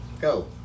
Go